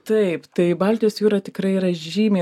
taip tai baltijos jūra tikrai yra žymiai